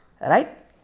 right